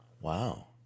wow